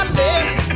lips